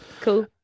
cool